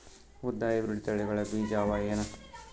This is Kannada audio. ಉದ್ದ ಹೈಬ್ರಿಡ್ ತಳಿಗಳ ಬೀಜ ಅವ ಏನು?